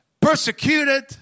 persecuted